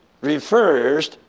refers